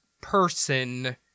person